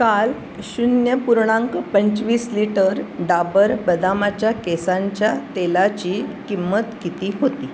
काल शून्य पूर्णांक पंचवीस लिटर डाबर बदामाच्या केसांच्या तेलाची किंमत किती होती